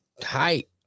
tight